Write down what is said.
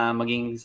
maging